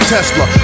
Tesla